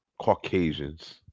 Caucasians